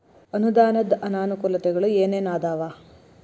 ಅನುದಾನದ್ ಅನಾನುಕೂಲತೆಗಳು ಏನ ಏನ್ ಅದಾವ?